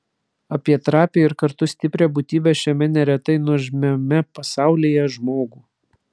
apie trapią ir kartu stiprią būtybę šiame neretai nuožmiame pasaulyje žmogų